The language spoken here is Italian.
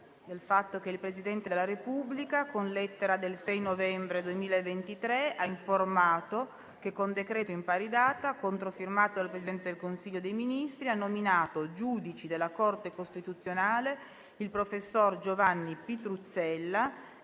finestra"). Il Presidente della Repubblica, con lettera del 6 novembre 2023, ha informato che, con decreto in pari data, controfirmato dal Presidente del Consiglio dei ministri, ha nominato giudici della Corte costituzionale il professor Giovanni Pitruzzella